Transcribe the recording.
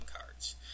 cards